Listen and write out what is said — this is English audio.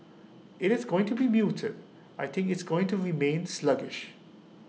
IT is going to be muted I think it's going to remain sluggish